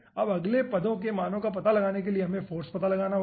अब अपने अगले पदों के मानो का पता लगाने के लिए हमें फाॅर्स का पता लगाना होगा